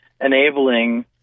enabling